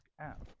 app